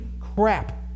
crap